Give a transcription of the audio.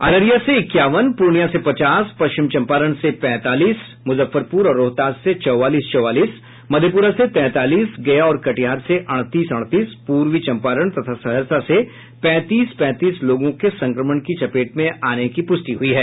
अररिया से इक्यावन पूर्णिया से पचास पश्चिम चंपारण से पैंतालीस मुजफ्फरपुर और रोहतास से चौवालीस चौवालीस मधेपुरा से तैंतालीस गया और कटिहार से अड़तीस अड़तीस पूर्वी चंपारण तथा सहरसा से पैंतीस पैंतीस लोगों के संक्रमण की चपेट में आने की पुष्टि हुई है